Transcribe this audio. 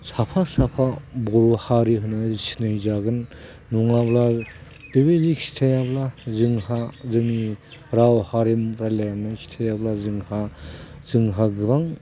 साफा साफा बर' हारि होननानै सिनायजागोन नङाब्ला बेबायदि खिथायाब्ला जोंहा जोंनि राव हारिमु रायज्लायनानै खिथायाब्ला जोंहा जोंहा गोबां